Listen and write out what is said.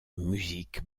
musique